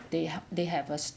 they help they have a